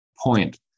point